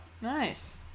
Nice